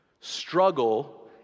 struggle